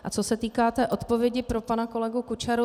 A co se týká odpovědi pro pana kolegu Kučeru.